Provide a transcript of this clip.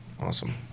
Awesome